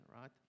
right